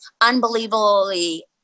unbelievably